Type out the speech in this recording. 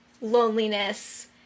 loneliness